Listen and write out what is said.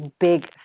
big